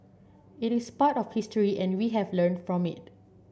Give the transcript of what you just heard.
it is part of history and we have learned from it